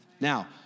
Now